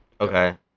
Okay